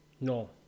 No